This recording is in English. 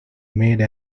made